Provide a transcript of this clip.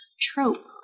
trope